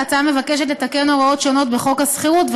ההצעה מבקשת לתקן הוראות שונות בחוק השכירות,